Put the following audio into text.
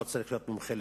לא צריך להיות מומחה